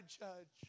judge